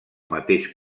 mateix